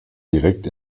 direkt